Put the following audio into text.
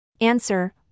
Answer